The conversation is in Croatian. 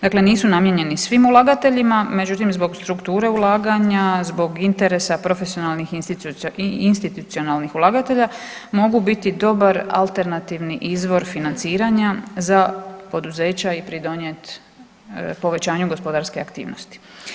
Dakle nisu namijenjeni svim ulagateljima, međutim zbog strukture ulaganja, zbog interesa profesionalnih institucionalnih ulagatelja mogu biti dobar alternativni izvor financiranja za poduzeća i pridonijet povećanju gospodarske aktivnosti.